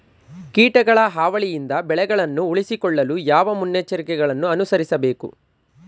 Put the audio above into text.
ಕೀಟಗಳ ಹಾವಳಿಯಿಂದ ಬೆಳೆಗಳನ್ನು ಉಳಿಸಿಕೊಳ್ಳಲು ಯಾವ ಮುನ್ನೆಚ್ಚರಿಕೆಗಳನ್ನು ಅನುಸರಿಸಬೇಕು?